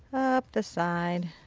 up the side.